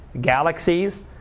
Galaxies